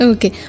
Okay